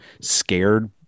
scared